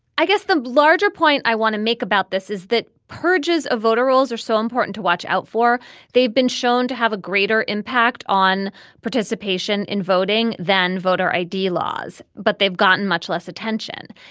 i guess the larger point i want to make about this is that purges of voter rolls are so important to watch out for they've been shown to have a greater impact on participation in voting than voter i d. laws but they've gotten much less attention.